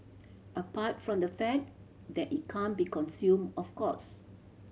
apart from the fact that it can't be consumed of course